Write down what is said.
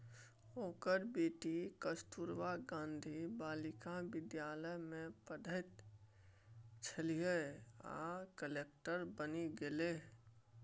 ओकर बेटी कस्तूरबा गांधी बालिका विद्यालय मे पढ़ैत छलीह आ कलेक्टर बनि गेलीह